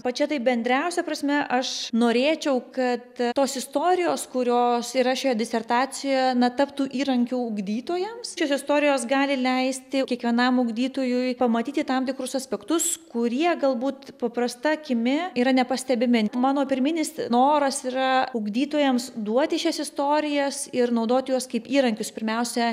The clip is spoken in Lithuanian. pačia taip bendriausia prasme aš norėčiau kad tos istorijos kurios yra šioje disertacijoje na taptų įrankiu ugdytojams šios istorijos gali leisti kiekvienam ugdytojui pamatyti tam tikrus aspektus kurie galbūt paprasta akimi yra nepastebimi mano pirminis noras yra ugdytojams duoti šias istorijas ir naudoti juos kaip įrankius pirmiausia